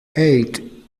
eight